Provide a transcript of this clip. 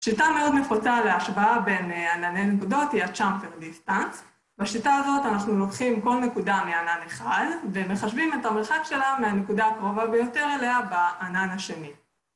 שיטה מאוד נפוצה להשוואה בין ענני נקודות היא ה-Chamfer Distance בשיטה הזאת אנחנו לוקחים כל נקודה מענן אחד ומחשבים את המרחק שלה מהנקודה הקרובה ביותר אליה בענן השני